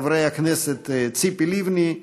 חברי הכנסת ציפי לבני,